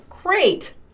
Great